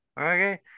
Okay